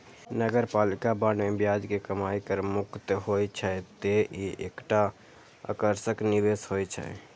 नगरपालिका बांड मे ब्याज के कमाइ कर मुक्त होइ छै, तें ई एकटा आकर्षक निवेश होइ छै